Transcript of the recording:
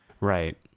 Right